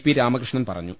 P Ramakrishnan പറഞ്ഞു